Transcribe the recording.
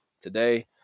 Today